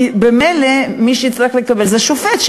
כי ממילא מי שיצטרך להחליט זה שופט,